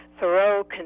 Thoreau